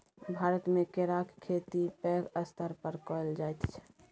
भारतमे केराक खेती पैघ स्तर पर कएल जाइत छै